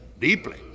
deeply